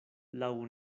laŭ